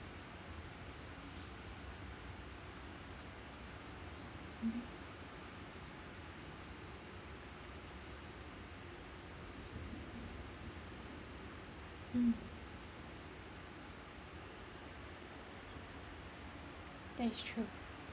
mmhmm mm that is true